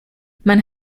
man